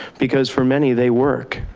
because for many they work.